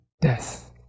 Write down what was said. death